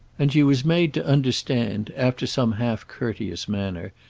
and she was made to understand, after some half-courteous manner,